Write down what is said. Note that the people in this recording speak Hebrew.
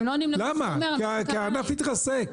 כי הענף התרסק.